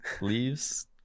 leaves